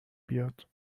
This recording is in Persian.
بیاد